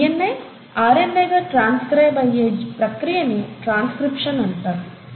ఈ DNA RNA గా transcribe అయ్యే ప్రక్రియ ని ట్రాన్స్క్రిప్షన్ అని అంటారు